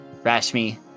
Rashmi